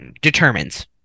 determines